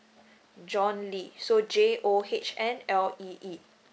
john lee so J O H N L E E